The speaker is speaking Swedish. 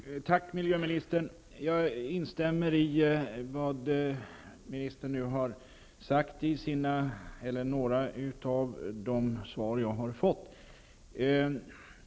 Herr talman! Tack, miljöministern. Jag instämmer i det som miljöministern nu har sagt i några av de svar som jag har fått.